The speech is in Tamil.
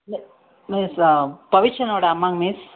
மி மிஸ் பவிச்சரண்னோடய அம்மாங்க மிஸ்